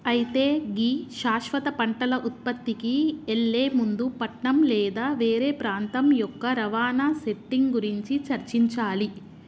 అయితే గీ శాశ్వత పంటల ఉత్పత్తికి ఎళ్లే ముందు పట్నం లేదా వేరే ప్రాంతం యొక్క రవాణా సెట్టింగ్ గురించి చర్చించాలి